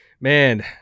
man